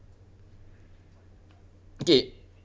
okay